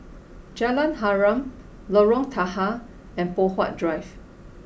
Jalan Harum Lorong Tahar and Poh Huat Drive